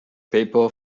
paper